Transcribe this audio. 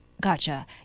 Gotcha